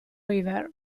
river